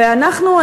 ואנחנו,